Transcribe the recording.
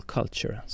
Culture